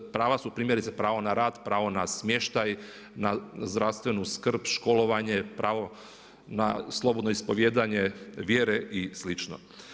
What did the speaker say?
Prava su primjerice, prava na rad, pravo na smještaj, na zdravstvenu skrb, školovanje, pravo na slobodno ispovijedanje vjere i slično.